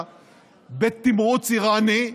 בתמרוץ איראני,